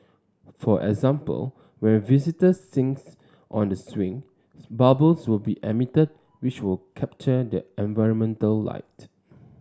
for example when visitors since on the swing bubbles will be emitted which will capture the environmental light